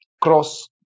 cross